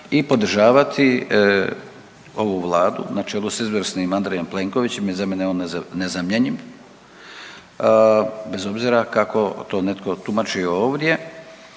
i podržavati ovu vladu, znači ovu s izvrsnim Andrejem Plenkovićem jer za mene je on nezamjenjiv bez obzira kako to netko tumačio ovdje.